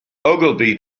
ogilvy